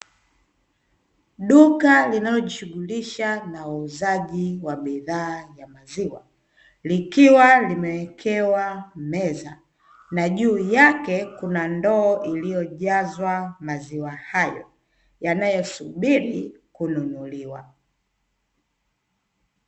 Duka linalojishughulisha na uuzaji wa bidhaa ya maziwa, likiwa limewekewa meza na juu yake kuna ndoo iliyojazwa maziwa hayo yanayosubiri kununuliwa.